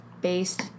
based